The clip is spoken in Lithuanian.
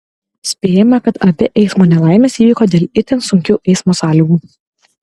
spėjama kad abi eismo nelaimės įvyko dėl itin sunkių eismo sąlygų